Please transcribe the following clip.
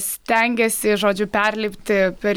stengiasi žodžiu perlipti per